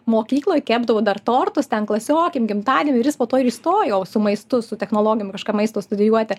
mokykloj kepdavo dar tortus ten klasiokėm gimtadieniui ir jis po to ir įstojo su maistu su technologijom kažką maisto studijuoti